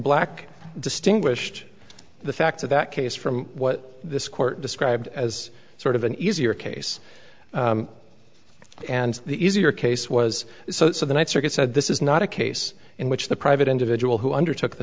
black distinguished the facts of that case from what this court described as sort of an easier case and the easier case was so the ninth circuit said this is not a case in which the private individual who undertook the